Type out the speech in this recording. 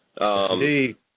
Indeed